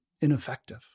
ineffective